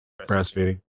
breastfeeding